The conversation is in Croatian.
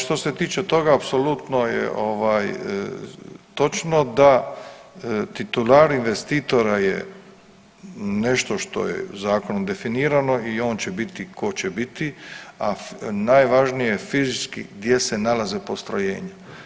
Što se tiče toga apsolutno je točno da titular investitora je nešto što je zakonom definirano i on će biti tko će biti, a najvažnije je fizički gdje se nalaze postrojenja.